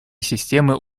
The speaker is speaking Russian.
системы